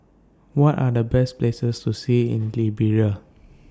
What Are The Best Places to See in Liberia